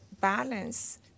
balance